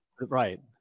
Right